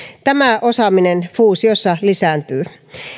tämä osaaminen fuusiossa lisääntyy